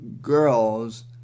girls